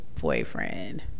boyfriend